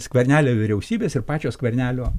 skvernelio vyriausybės ir pačio skvernelio